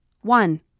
One